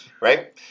Right